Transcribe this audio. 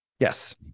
Yes